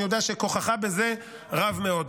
אני יודע שכוחך בזה רב מאוד,